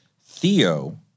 Theo